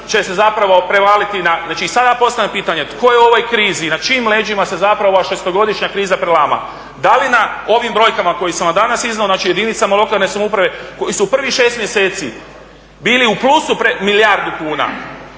će se zapravo prevaliti. Znači sada postavljam pitanje, tko je u ovoj krizi? Na čijim se leđima zapravo ova šestogodišnja kriza prelama? Da li na ovim brojkama koje sam vam danas iznio, znači jedinicama lokalne samouprave koji su u prvih 6 mjeseci bili u plusu milijardu kuna